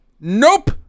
nope